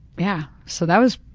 yeah, so that was,